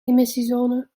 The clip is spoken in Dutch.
emissiezone